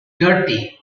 dirty